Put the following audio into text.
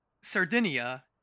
Sardinia